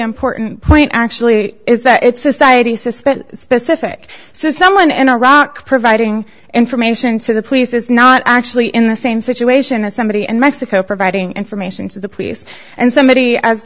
important point actually is that it's society suspect specific so someone in iraq providing information to the police is not actually in the same situation as somebody in mexico providing information to the police and somebody as